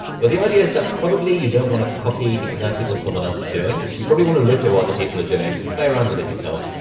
but the idea is that probably you don't wanna copy exactly what someone else is doing. you probably wanna look at what other people are doing, play around with it yourself,